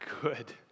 good